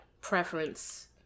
preference